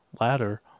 ladder